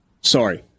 Sorry